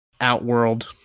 Outworld